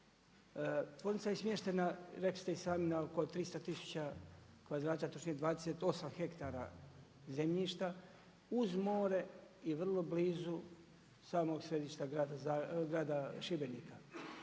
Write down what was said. Tvornica je smještena, rekli ste i sami na oko 300 tisuća kvadrata, točnije 28 hektara zemljišta, uz more i vrlo blizu samog središta grada Šibenika.